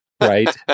Right